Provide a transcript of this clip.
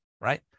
right